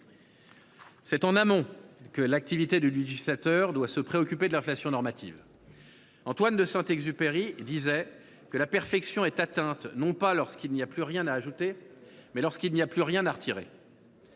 C’est en amont que le législateur doit se préoccuper de l’inflation normative. Antoine de Saint Exupéry disait :« La perfection est atteinte, non pas lorsqu’il n’y a plus rien à ajouter, mais lorsqu’il n’y a plus rien à retirer.